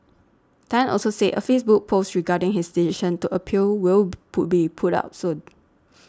Tan also said a Facebook post regarding his decision to appeal will put be up soon